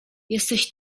jesteś